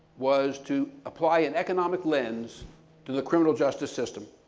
was to apply an economic lens to the criminal justice system.